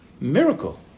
miracle